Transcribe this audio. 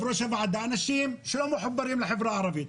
הוועדה היו אנשים שלא מחוברים לחברה הערבית.